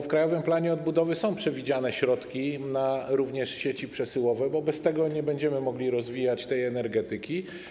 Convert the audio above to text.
W Krajowym Planie Odbudowy są również przewidziane środki na sieci przesyłowe, bo bez tego nie będziemy mogli rozwijać tej energetyki.